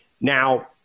Now